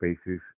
spaces